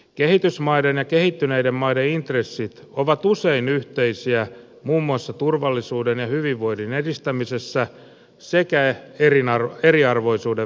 kehitysmaiden ja kehittyneiden maiden intressit ovat usein yhteisiä muun muassa turvallisuuden ja hyvinvoinnin edistämisessä sekä eriarvoisuuden vähentämisessä